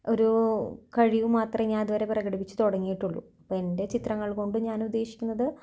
ഒരു കഴിവ് മാത്രമേ ഞാനിതുവരെ പ്രകടിപ്പിച്ച് തുടങ്ങിട്ടുള്ളൂ അപ്പം എന്റെ ചിത്രങ്ങൾ കൊണ്ട് ഞാൻ ഉദ്ദേശിക്കുന്നത്